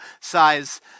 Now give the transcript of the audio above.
size